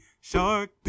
Shark